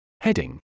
Heading